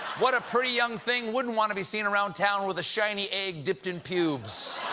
what pretty young thing wouldn't want to be seen around town with a shiny egg dipped in pubes?